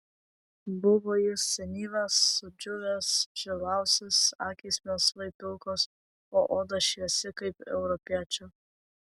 buvo jis senyvas sudžiūvęs žilaūsis akys melsvai pilkos o oda šviesi kaip europiečio